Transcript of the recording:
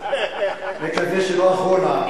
נקווה שלא אחרונה,